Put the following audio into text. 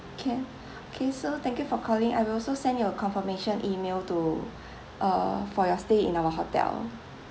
can okay so thank you for calling I will also send you a confirmation email to uh for your stay in our hotel